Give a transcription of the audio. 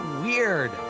weird